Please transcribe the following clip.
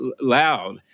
loud